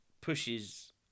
pushes